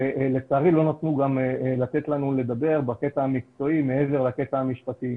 ולצערי לא נתנו לנו לדבר בקטע המקצועי מעבר לקטע המשפטי.